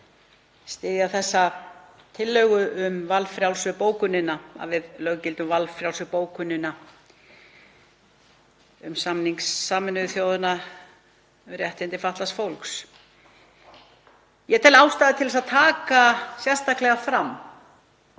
styðja þessa tillögu um valfrjálsu bókunina, að við löggildum valfrjálsu bókunina um samning Sameinuðu þjóðanna um réttindi fatlaðs fólks. Ég tel ástæðu til að taka sérstaklega fram hvernig